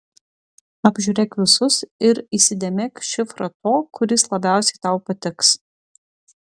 apžiūrėk visus ir įsidėmėk šifrą to kuris labiausiai tau patiks